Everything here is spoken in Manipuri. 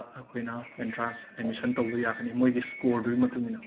ꯃꯗ ꯑꯩꯈꯣꯏꯅ ꯑꯦꯟꯇ꯭ꯔꯥꯟꯁ ꯑꯦꯃꯤꯁꯟ ꯇꯧꯕ ꯌꯥꯒꯅꯤ ꯃꯣꯏꯒꯤ ꯁ꯭ꯀꯣꯔꯗꯨꯒꯤ ꯃꯇꯨꯡ ꯏꯟꯅ